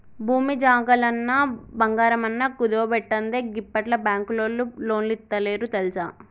భూమి జాగలన్నా, బంగారమన్నా కుదువబెట్టందే గిప్పట్ల బాంకులోల్లు లోన్లిత్తలేరు తెల్సా